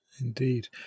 Indeed